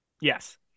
Yes